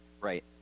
right